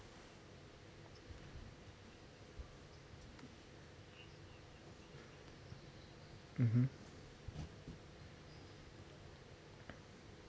mmhmm